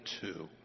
two